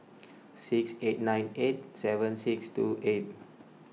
six eight nine eight seven six two eight